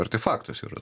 artefaktas yra